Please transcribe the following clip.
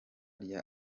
rya